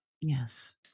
yes